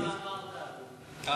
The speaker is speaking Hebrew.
אנחנו לא זוכרים מה אמרת, אדוני.